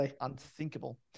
unthinkable